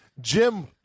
Jim